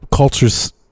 cultures